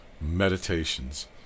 Meditations